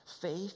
faith